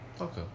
Okay